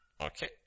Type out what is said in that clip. Okay